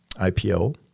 IPO